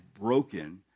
broken